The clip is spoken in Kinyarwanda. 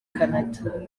canada